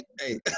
Hey